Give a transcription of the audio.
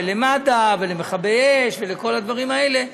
למד"א ולמכבי אש וכל הדברים אלה,